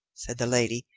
said the lady,